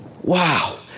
Wow